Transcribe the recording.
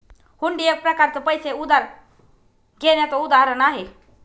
हुंडी एक प्रकारच पैसे उधार घेण्याचं उदाहरण आहे